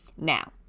Now